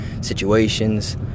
situations